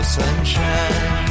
sunshine